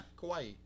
Kauai